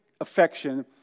affection